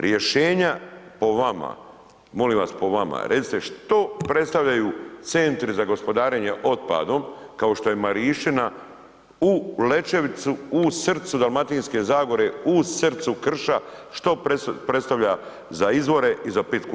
Rješenja po vama, molim vas po vama recite što predstavljaju centri za gospodarenje otpadom kao što je Marišćina, u Lećevicu, u srcu Dalmatinske zagore, u srcu krša, što predstavlja za izvore i za pitku vodu?